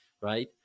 right